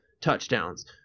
touchdowns